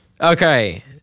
Okay